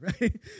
right